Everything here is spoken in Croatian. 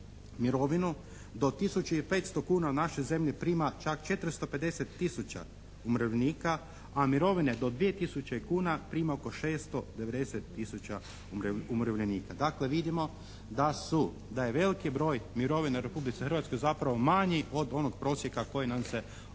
tisuću i petsto kuna u našoj zemlji prima čak 450 tisuća umirovljenika, a mirovine do dvije tisuće kuna prima oko 690 tisuća umirovljenika. Dakle, vidimo da su, da je veliki broj mirovina u Republici Hrvatskoj zapravo manji od onog prosjeka koji nam se ovdje